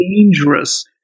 dangerous